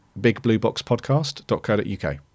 bigblueboxpodcast.co.uk